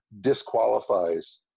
disqualifies